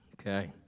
Okay